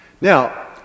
Now